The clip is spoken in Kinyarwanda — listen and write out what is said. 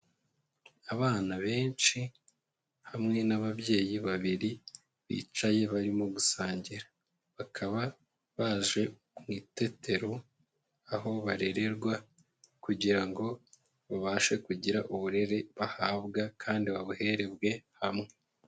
Abana benshi hamwe n'ababyeyi babiri bicaye barimo gusangira, bakaba baje mu itetero aho barererwa kugira ngo babashe kugira uburere bahabwa kandi babuhererwe hamwe.